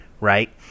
Right